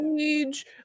age